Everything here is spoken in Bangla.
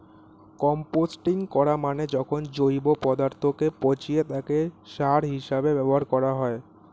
কম্পোস্টিং করা মানে যখন জৈব পদার্থকে পচিয়ে তাকে সার হিসেবে ব্যবহার করা হয়